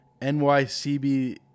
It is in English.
NYCB